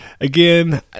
Again